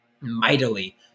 mightily